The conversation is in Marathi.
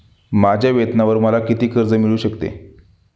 माझ्या वेतनावर मला किती कर्ज मिळू शकते?